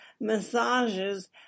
massages